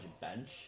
bench